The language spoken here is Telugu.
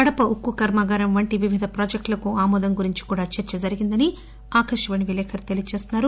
కడప ఉక్కు కర్మాగారం వంటి వివిధ ప్రాజెక్టులకు ఆమోదం గురించి కూడా చర్చ జరిగిందని ఆకాశవాణి విలేకరి తెలియచేస్తున్నారు